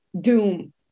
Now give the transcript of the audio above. doom